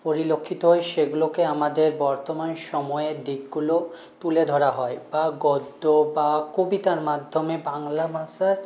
পরিলক্ষিত হই সেগুলোকে আমদের বর্তমান সময়ের দিকগুলো তুলে ধরা হয় বা গদ্য বা কবিতার মাধ্যমে বাংলা ভাষার